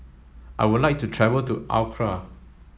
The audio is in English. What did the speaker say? I would like to travel to Accra